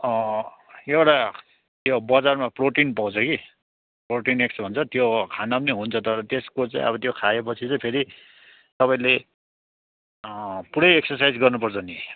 एउटा त्यो बजारमा प्रोटिन पाउँछ कि प्रोटिनेक्स भन्छ त्यो खाँदा पनि हुन्छ तर त्यसको चाहिँ अब त्यो खायोपछि चाहिँ फेरि तपाईँले पुरै एक्सरसाइज गर्नुपर्छ नि